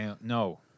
No